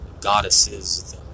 goddesses